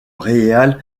réal